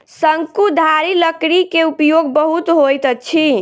शंकुधारी लकड़ी के उपयोग बहुत होइत अछि